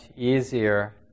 easier